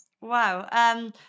Wow